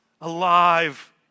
alive